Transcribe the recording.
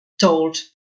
told